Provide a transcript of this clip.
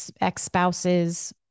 ex-spouse's